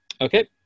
Okay